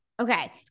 Okay